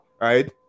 Right